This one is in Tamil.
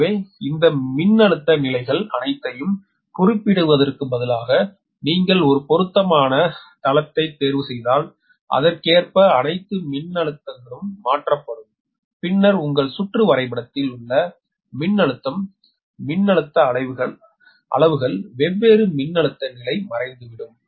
எனவே இந்த மின்னழுத்த நிலைகள் அனைத்தையும் குறிப்பிடுவதற்குப் பதிலாக நீங்கள் ஒரு பொருத்தமான தளத்தைத் தேர்வுசெய்தால் அதற்கேற்ப அனைத்து மின்னழுத்தங்களும் மாற்றப்படும் பின்னர் உங்கள் சுற்று வரைபடத்தில் உள்ள மின்னழுத்தம் மின்னழுத்த அளவுகள் வெவ்வேறு மின்னழுத்த நிலை மறைந்துவிடும்